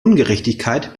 ungerechtigkeit